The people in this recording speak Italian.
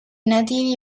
nativi